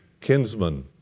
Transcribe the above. kinsman